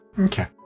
Okay